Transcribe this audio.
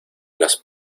las